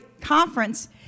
conference